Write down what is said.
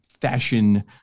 fashion